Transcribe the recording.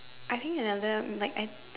I think another like I